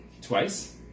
Twice